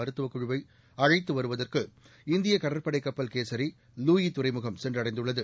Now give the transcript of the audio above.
மருத்துவ குழுவை அழைத்து வருவதற்கு இந்திய கடற்படை கப்பல் கேசரி லூயி துறைமுகம் சென்றடைந்துள்ளது